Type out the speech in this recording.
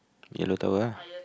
yellow tower ah